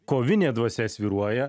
kovinė dvasia svyruoja